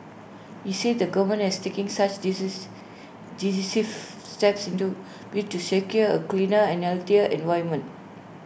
he said the government has taking such disease decisive steps into bid to secure A cleaner and healthier environment